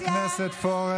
חבר הכנסת פורר,